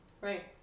Right